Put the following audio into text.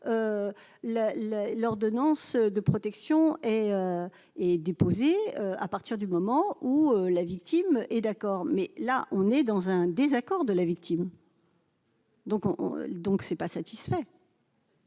l'ordonnance de protection et et déposé à partir du moment où la victime est d'accord, mais là on est dans un désaccord de la victime. Donc on donc ce n'est pas satisfait.